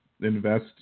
invest